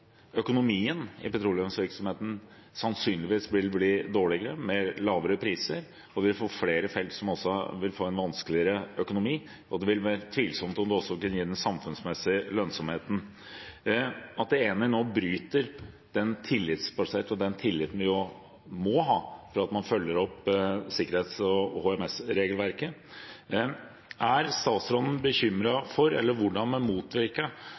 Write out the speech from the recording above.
økonomien i petroleumsvirksomheten sannsynligvis vil bli dårligere, med lavere priser, vil vi få flere felt som vil få en vanskeligere økonomi, og det vil være tvilsomt om det kan gi den samfunnsmessige lønnsomheten. Eni bryter nå den tilliten vi må ha til at man følger opp sikkerhets- og HMS-regelverket. Er statsråden bekymret for, eller hvordan kan man motvirke,